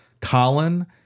Colin